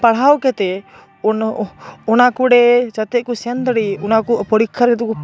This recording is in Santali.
ᱯᱟᱲᱦᱟᱣ ᱠᱟᱛᱮᱫ ᱩᱱᱠᱩ ᱚᱱᱟᱠᱩ ᱨᱮ ᱡᱟᱛᱮ ᱠᱩ ᱥᱮᱱ ᱫᱟᱲᱮᱜ ᱚᱱᱟᱠᱩ ᱯᱚᱨᱤᱠᱷᱟ ᱠᱩ